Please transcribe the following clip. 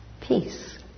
peace